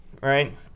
right